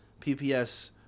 PPS